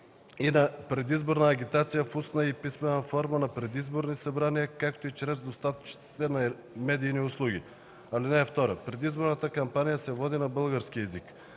и на предизборна агитация в устна и писмена форма на предизборни събрания, както и чрез доставчиците на медийни услуги. (2) Предизборната кампания се води на български език.